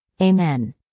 Amen